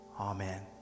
Amen